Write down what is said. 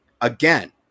Again